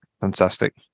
Fantastic